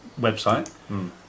website